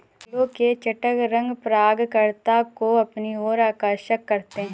फूलों के चटक रंग परागणकर्ता को अपनी ओर आकर्षक करते हैं